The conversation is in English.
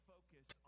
focus